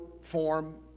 form